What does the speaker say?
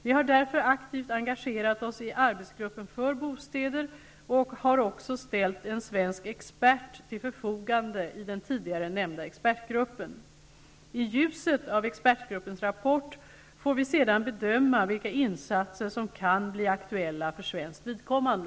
Vi har därför aktivt engagerat oss i arbetsgruppen för bostäder och har också ställt en svensk expert till förfogande i den tidigare nämnda expertgruppen. I ljuset av expertgruppens rapport får vi sedan bedöma vilka insatser som kan bli aktuella för svenskt vidkommande.